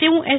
તેવું એસ